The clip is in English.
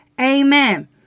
Amen